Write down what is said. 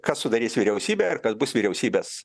kas sudarys vyriausybę ir kas bus vyriausybės